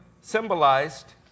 symbolized